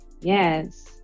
yes